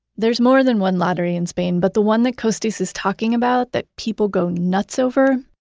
there's more than one lottery in spain but the one that costis is talking about, that people go nuts over,